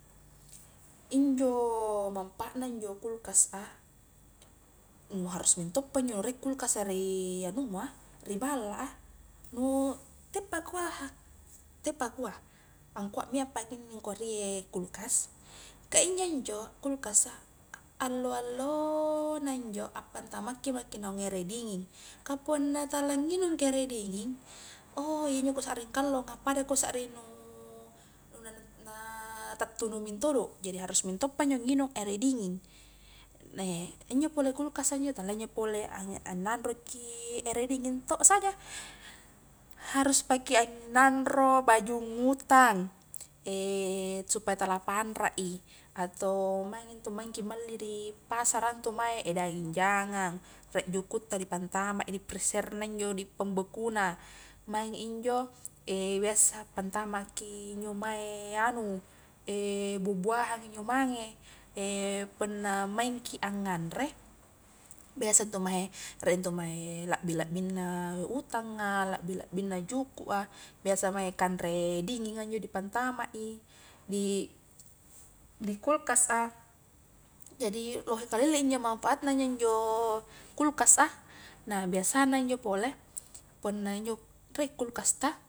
Injo-manfaatna injo kulkas a, nu harus mintoppa injo rie kulkas a ri anua, ri balla a, nu te pakua ha, te pakua, angkua mia paki inni ngkua rie kulkas, ka iya injo kulkas a, allo-allona injo appantamakki mai naung ere dinging, kah punna tala nginungki ere dinging, oh injo kurasa kallonga pada kusarring nu naa, tattunu mintodo, jadi harusppa injo nginung ere dinging, neh injo pole kulkaska injo tala injo pole ananroki ere dinging to saja, harus paki ananro baju ngutang, supaya tala panrai, atau maing intu maingki malli di pasara ntu mae daging jangang, rie jukutta ripantama i di frezerna injo di pembekuna, maing injo biasa pantamakki injo mae anu buah-buahan injo mange, punna maingki anganre, biasa ntu mae rie ntu mae labbi-labbingna utanga, labbi-labbinna jukua, biasa mae kanre dinginga injo dipantama di, di kulkas a, jadi lohe kalelle injo manfaatna injo njo kulkas a nah biasana njo pole punna njo rie kulkasta.